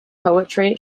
poetry